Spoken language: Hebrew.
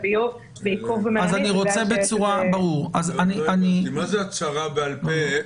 מה זה הצהרה בעל פה?